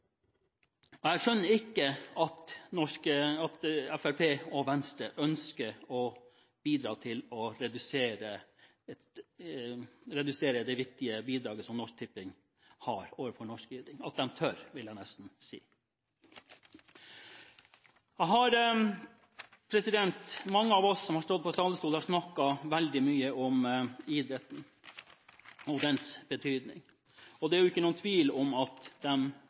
Jeg skjønner ikke at Fremskrittspartiet og Venstre ønsker å bidra til å redusere det viktige bidraget Norsk Tipping har overfor norsk idrett – at de tør, vil jeg nesten si. Mange av oss som har stått på talerstolen, har snakket veldig mye om idretten og dens betydning. Det er ikke noen tvil om at